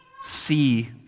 see